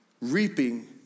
Reaping